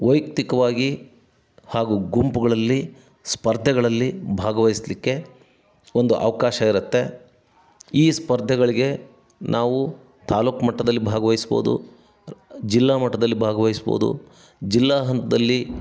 ವೈಯಕ್ತಿಕ್ವಾಗಿ ಹಾಗೂ ಗುಂಪುಗಳಲ್ಲಿ ಸ್ಪರ್ಧೆಗಳಲ್ಲಿ ಭಾಗವಹಿಸಲಿಕ್ಕೆ ಒಂದು ಅವಕಾಶ ಇರುತ್ತೆ ಈ ಸ್ಪರ್ಧೆಗಳಿಗೆ ನಾವು ತಾಲೂಕು ಮಟ್ಟದಲ್ಲಿ ಭಾಗವಹಿಸ್ಬೋದು ಜಿಲ್ಲಾ ಮಟ್ಟದಲ್ಲಿ ಭಾಗವಹಿಸ್ಬೋದು ಜಿಲ್ಲಾ ಹಂತದಲ್ಲಿ